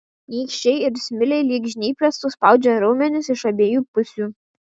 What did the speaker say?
nykščiai ir smiliai lyg žnyplės suspaudžia raumenis iš abiejų pusių